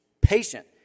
Patient